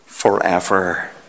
forever